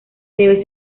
debe